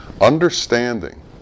understanding